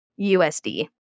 USD